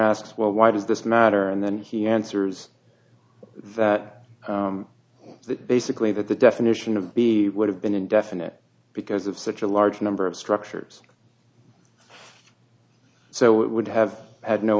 asks well why does this matter and then he answers that basically that the definition of b would have been indefinite because of such a large number of structures so it would have had no